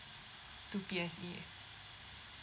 to P_S_A